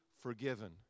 forgiven